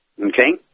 Okay